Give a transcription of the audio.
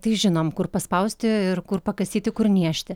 tai žinom kur paspausti ir kur pakasyti kur niežti